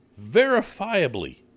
verifiably